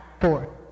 four